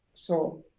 so